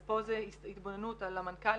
אז פה זה התבוננות על המנכ"ליות.